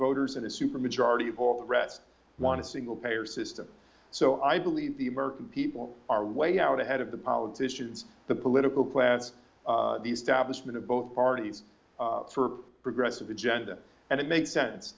voters and a super majority of all the rest want to single payer system so i believe the american people are way out ahead of the politicians the political class the status min of both parties for progressive agenda and it makes sense